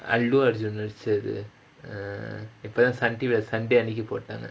allu arjun நடிச்சது இப்பதா:nadichathu ippathaa sun T_V leh sunday அன்னைக்கு போட்டாங்க:annaikku pottaanga